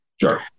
Sure